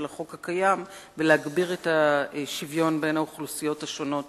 החוק הקיים ולהגביר את השוויון בין האוכלוסיות השונות